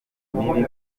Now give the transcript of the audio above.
mimi